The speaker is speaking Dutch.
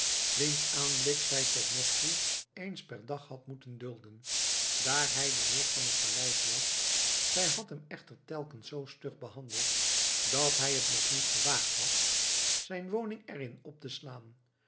wiens aanblik zij tot nog toe eens per dag had moeten dulden daar hij de heer van het paleis was zij had hem echter telkens zoo stug behandeld dat hij het nog niet gewaagd had zijn woning erin op te slaan